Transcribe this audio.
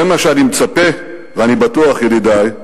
זה מה שאני מצפה, ואני בטוח, ידידי,